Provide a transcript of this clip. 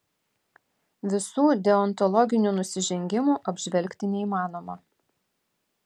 visų deontologinių nusižengimų apžvelgti neįmanoma